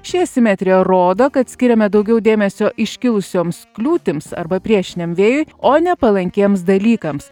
ši asimetrija rodo kad skiriame daugiau dėmesio iškilusioms kliūtims arba priešiniam vėjui o ne palankiems dalykams